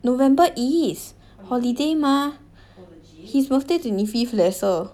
november is holiday mah his birthday twenty fifth leh sir